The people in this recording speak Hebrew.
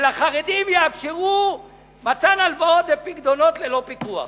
שלחרדים יאפשרו מתן הלוואות ופיקדונות ללא פיקוח.